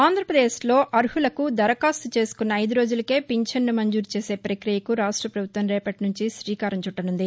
ఆంధ్రప్రదేశ్లో అర్హత ఉంటే దరఖాస్తు చేసుకున్న ఐదు రోజులకే ఫించన్ను మంజూరు చేసే ప్రక్రియకు రాష్ట ప్రభుత్వం రేపటి నుంచి రీకారం చుట్లనుంది